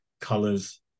Colors